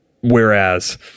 Whereas